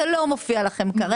זה לא מופיע לכם כרגע.